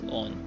on